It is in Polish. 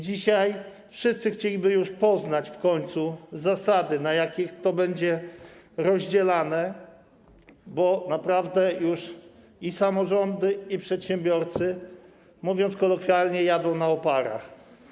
Dzisiaj wszyscy chcieliby w końcu poznać zasady, na jakich to będzie rozdzielane, bo naprawdę już i samorządy, i przedsiębiorcy, mówiąc kolokwialnie, jadą na oparach.